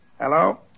Hello